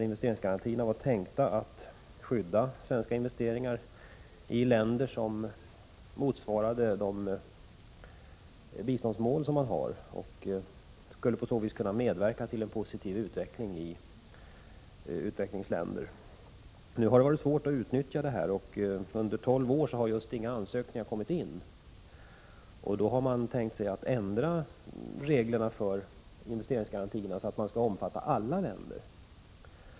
Investeringsgarantierna var tänkta att skydda svenska investeringar i länder som motsvarar de biståndsmål som är uppsatta. De skulle på så sätt medverka till en positiv utveckling i utvecklingsländer. Det har varit svårt att utnyttja garantierna. Under tolv år har nästan inga ansökningar kommit in, och nu har man tänkt sig att ändra reglerna för investeringsgarantierna så att de skall omfatta alla länder.